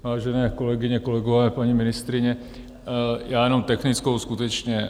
Vážené kolegyně, kolegové, paní ministryně, já jenom technickou skutečně.